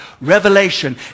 Revelation